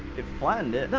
it flattened it.